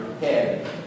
head